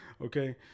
Okay